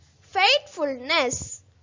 Faithfulness